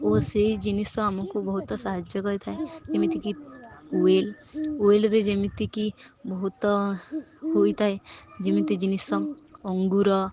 ଓ ସେଇ ଜିନିଷ ଆମକୁ ବହୁତ ସାହାଯ୍ୟ କରିଥାଏ ଯେମିତିକି ଉଇଲ ଉଇଲରେ ଯେମିତିକି ବହୁତ ହୋଇଥାଏ ଯେମିତି ଜିନିଷ ଅଙ୍ଗୁର